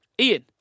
Ian